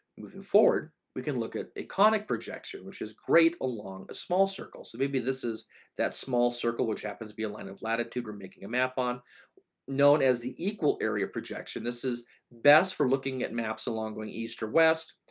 moving forward, we can look at a conic projection, which is great along a small circle. so maybe this is that small circle, which happens to be a line of latitude we're making a map on known as the equal area projection. this is best for looking at maps along going east or west,